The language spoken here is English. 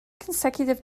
consecutive